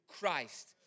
Christ